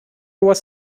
was